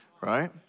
right